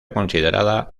considerada